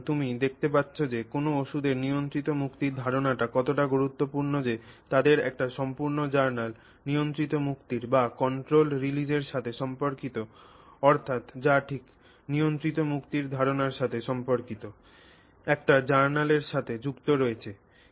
সুতরাং তুমি দেখতে পাচ্ছ যে কোনও ওষুধের নিয়ন্ত্রিত মুক্তির ধারণাটি কতটা গুরুত্বপূর্ণ যে তাদের একটি সম্পূর্ণ জার্নাল নিয়ন্ত্রিত মুক্তির বা কন্ট্রোলড রিলিজের সাথে সম্পর্কিত অর্থাৎ যা ঠিক নিয়ন্ত্রিত মুক্তির ধারণার সাথে সম্পর্কিত একটি জার্নাল এর সাথে যুক্ত রয়েছে